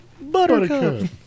Buttercup